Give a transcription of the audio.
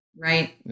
right